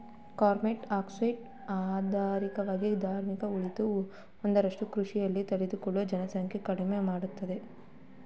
combine ಹಾರ್ವೆಸ್ಟರ್ಗಳು ಆರ್ಥಿಕವಾಗಿ ಕಾರ್ಮಿಕ ಉಳಿತಾಯದಲ್ಲಿ ಒಂದಾಗಿದ್ದು ಕೃಷಿಯಲ್ಲಿ ತೊಡಗಿರುವ ಜನಸಂಖ್ಯೆ ಕಡಿಮೆ ಮಾಡ್ತದೆ